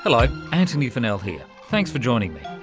hello, antony funnell here, thanks for joining me.